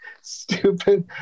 stupid